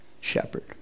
shepherd